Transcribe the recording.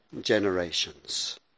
generations